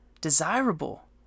desirable